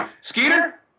skeeter